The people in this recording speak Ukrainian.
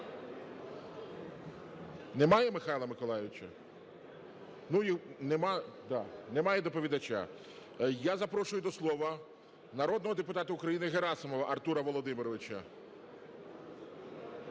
Немає Михайла Миколайовича? Ну, немає доповідача. Я запрошую до слова народного депутата України Герасимова Артура Володимировича.